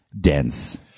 dense